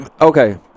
Okay